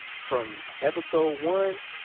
from episode one,